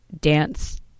dance